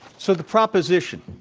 so, the proposition,